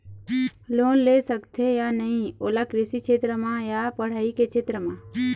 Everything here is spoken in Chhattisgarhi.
लोन ले सकथे या नहीं ओला कृषि क्षेत्र मा या पढ़ई के क्षेत्र मा?